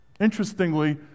Interestingly